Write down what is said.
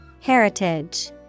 Heritage